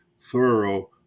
thorough